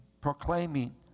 proclaiming